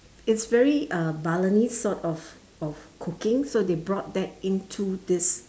it's very a Balinese sort of of cooking so they brought that into this